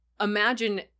imagine